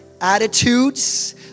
attitudes